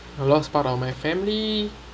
I lost part of my family